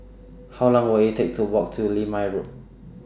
How Long Will IT Take to Walk to Limau Walk